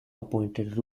appointed